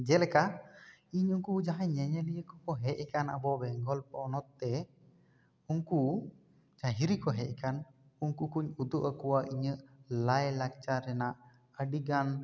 ᱡᱮᱞᱮᱠᱟ ᱤᱧ ᱩᱱᱠᱩ ᱡᱟᱦᱟᱸᱭ ᱧᱮᱧᱮᱞᱤᱭᱟᱹ ᱠᱚᱠᱚ ᱦᱮᱡ ᱟᱠᱟᱱ ᱟᱵᱚ ᱵᱮᱝᱜᱚᱞ ᱯᱚᱱᱚᱛ ᱛᱮ ᱩᱱᱠᱩ ᱡᱟᱦᱟᱸᱭ ᱦᱤᱨᱤ ᱠᱚ ᱦᱮᱡ ᱟᱠᱟᱱ ᱩᱱᱠᱩ ᱠᱚᱹᱧ ᱩᱫᱩᱜ ᱟᱠᱚᱣᱟ ᱤᱧᱟᱹᱜ ᱞᱟᱭ ᱞᱟᱠᱪᱟᱨ ᱨᱮᱱᱟᱜ ᱟᱹᱰᱤ ᱜᱟᱱ